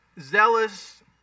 zealous